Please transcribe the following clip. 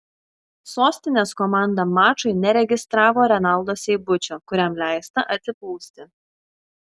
sostinės komanda mačui neregistravo renaldo seibučio kuriam leista atsipūsti